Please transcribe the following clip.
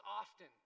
often